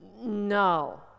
no